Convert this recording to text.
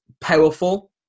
powerful